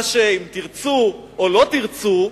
אם תרצו או לא תרצו,